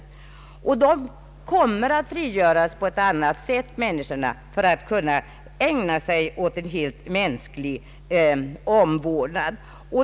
Enligt motionärernas förslag skulle barnavårdsmännen komma att frigöras på ett annat sätt för att kunna ägna sig åt en helt mänsklig omvårdnad.